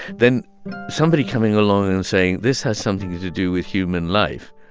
then somebody coming along and saying, this has something to do with human life,